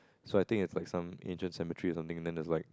so I think it's like some ancient cemetery or something then there's like